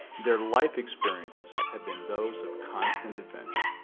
their life experiences have been those of constant adventure